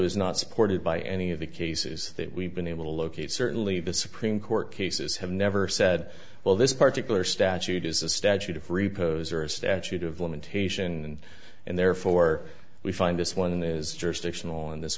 is not supported by any of the cases that we've been able to locate certainly the supreme court cases have never said well this particularly statute is a statute of repose or a statute of limitation and therefore we find this one is